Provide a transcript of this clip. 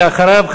ואחריו,